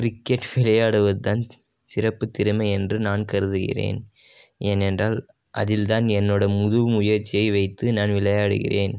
cricket விளையாடுவதுதான் சிறப்புத் திறமை என்று நான் கருதுகிறேன் ஏனென்றால் அதில்தான் என்னோட முழு முயற்சியை வைத்து நான் விளையாடுகிறேன்